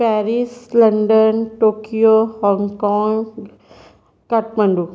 Paris London Tokyo Hong Kong Kathmandu